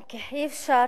אי-אפשר,